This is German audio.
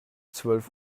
zwölf